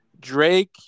Drake